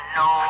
no